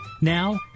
Now